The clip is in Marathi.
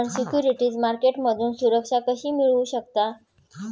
आपण सिक्युरिटीज मार्केटमधून सुरक्षा कशी मिळवू शकता?